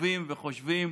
כותבים וחושבים